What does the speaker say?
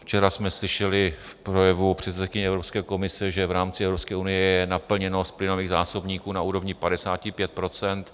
Včera jsme slyšeli v projevu předsedkyně Evropské komise, že v rámci Evropské unie je naplněno z plynových zásobníků na úrovni 55 %.